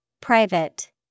Private